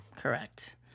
Correct